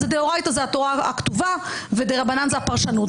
אז הדאורייתא זו התורה הכתובה ודרבנן זו הפרשנות.